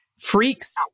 Freaks